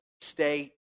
state